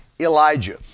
Elijah